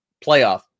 playoff